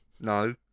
No